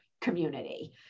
community